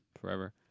forever